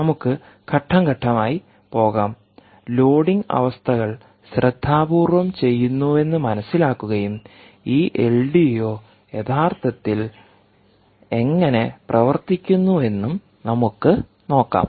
നമുക്ക് ഘട്ടം ഘട്ടമായി പോകാം ലോഡിംഗ് അവസ്ഥകൾ ശ്രദ്ധാപൂർവ്വം ചെയ്യുന്നുവെന്ന് മനസിലാക്കുകയും ഈ എൽഡിഒ യഥാർത്ഥത്തിൽ എങ്ങനെ പ്രവർത്തിക്കുന്നുവെന്നും നമുക്ക് നോക്കാം